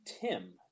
Tim